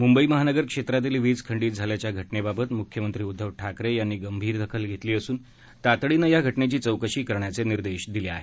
मुंबई महानगर क्षेत्रातील वीज खंडित झाल्याच्या घटनेबाबत मुख्यमंत्री उद्दव ठाकरे यांनी गंभीर दखल घेतली असून तातडीनं या घटनेची चौकशी करण्याचे निर्देश दिले आहेत